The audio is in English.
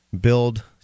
build